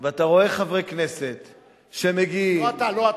ואתה רואה חברי כנסת שמגיעים, לא אתה, לא אתה.